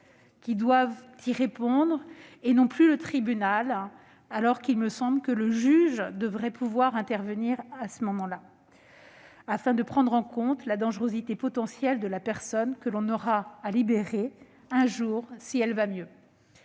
qui devront y répondre, alors que, à mon sens, le juge devrait pouvoir intervenir à ce moment, afin de prendre en compte la dangerosité potentielle de la personne que l'on aura à libérer un jour, si elle va mieux.